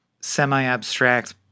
semi-abstract